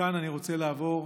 ומכאן אני רוצה לעבור